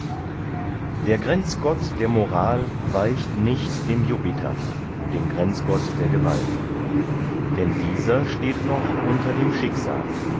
der grenzgott der moral weicht nicht dem jupiter dem grenzgott der gewalt denn dieser steht noch unter dem schicksal